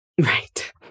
Right